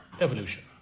evolution